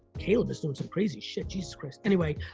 caleb is doing some crazy shit, jesus christ. anyway,